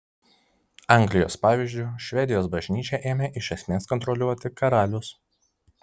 anglijos pavyzdžiu švedijos bažnyčią ėmė iš esmės kontroliuoti karalius